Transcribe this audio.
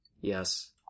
Yes